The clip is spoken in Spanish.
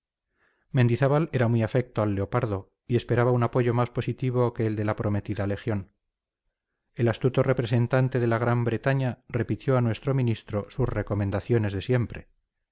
mendizábal era muy afecto al leopardo y esperaba un apoyo más positivo que el de la prometida legión el astuto representante de la gran bretaña repitió a nuestro ministro sus recomendaciones de siempre